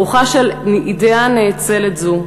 ברוחה של אידיאה נאצלת זו,